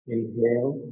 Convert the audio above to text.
Inhale